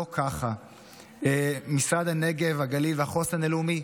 לא ככה, משרד הנגב, הגליל והחוסן הלאומי,